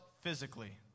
physically